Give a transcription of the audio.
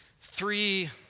three